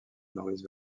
maurice